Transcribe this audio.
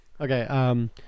Okay